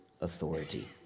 authority